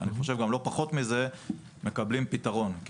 ולא פחות מזה, מקבלים פתרון.